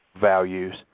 values